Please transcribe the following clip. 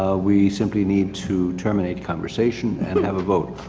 ah we simply need to terminate conversation and have a vote.